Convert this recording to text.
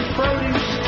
produce